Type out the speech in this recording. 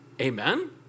Amen